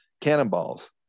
cannonballs